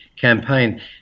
campaign